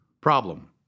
problem